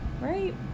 right